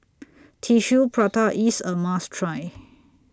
Tissue Prata IS A must Try